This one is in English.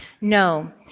No